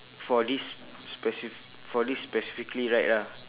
for this specif~ for this specifically ride lah